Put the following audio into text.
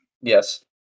yes